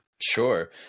sure